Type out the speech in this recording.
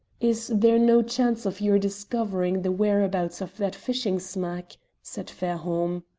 is there no chance of your discovering the whereabouts of that fishing-smack? said fairholme.